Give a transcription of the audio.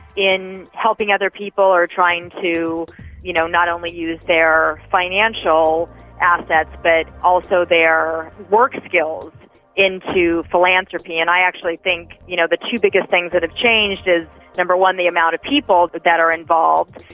in helping other people or trying to you know not only use their financial assets, but also their work and skills into philanthropy. and i actually think you know the two biggest things that have changed is, number one, the amount of people but that are involved,